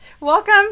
welcome